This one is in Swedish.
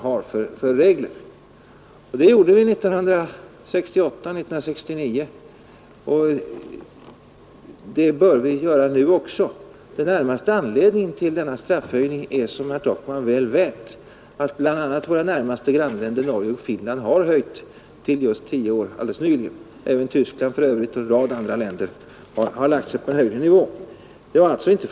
Det gjorde vi 1968 och 1969, och det bör vi göra nu också. Den närmaste anledningen till straffhöjningen är, som herr Takman väl vet, att bland andra våra närmaste grannländer Norge och Finland nyligen har höjt straffen till 10 år. Även Tyskland och en rad andra länder har lagt sig på en högre nivå än vår nuvarande.